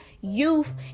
youth